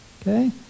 okay